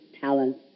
talent